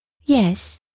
Yes